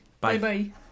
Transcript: Bye-bye